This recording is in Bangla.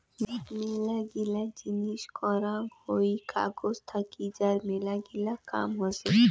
মেলাগিলা জিনিস করাং হই কাগজ থাকি যার মেলাগিলা কাম হসে